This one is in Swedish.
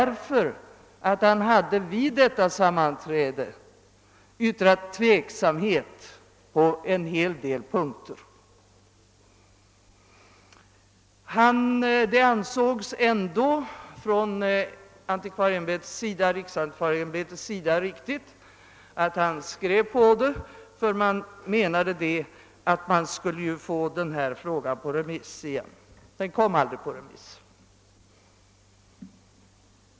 Riksantikvarieämbetet ansåg det ändå riktigt att han skrev under, eftersom frågan ju skulle komma på remiss igen. Det gjorde den aldrig.